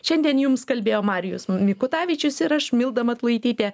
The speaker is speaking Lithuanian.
šiandien jums kalbėjo marijus mikutavičius ir aš milda matulaitytė